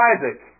Isaac